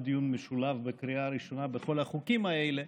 לדיון משולב בקריאה הראשונה בכל החוקים האלה.